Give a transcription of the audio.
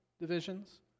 divisions